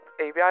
ABI